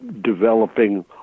developing